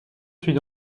suit